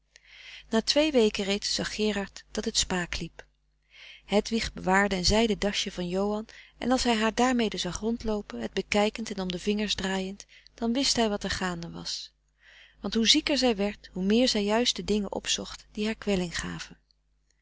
na twee weken reeds zag gerard dat het spaak liep hedwig bewaarde een zijden dasje van johan en als hij haar daarmede zag rondloopen het bekijkend en om de vingers draaiend dan wist hij wat er gaande was want hoe zieker zij werd hoe meer zij juist de dingen opzocht die haar kwelling gaven